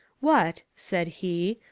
what, said he,